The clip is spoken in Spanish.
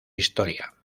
historia